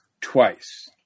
twice